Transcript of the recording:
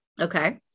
Okay